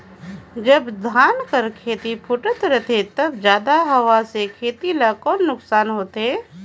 जब धान कर खेती फुटथे रहथे तब जादा हवा से खेती ला कौन नुकसान होथे?